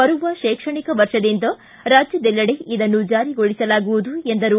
ಬರುವ ಶೈಕ್ಷಣಿಕ ವ ದಿಂದ ರಾಜ್ಯದೆಲ್ಲೆಡೆ ಇದನ್ನು ಜಾರಿಗೊಳಿಸಲಾಗುವುದು ಎಂದರು